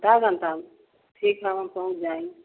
आधा घंटा में ठीक है हम पहुँच जाएंगे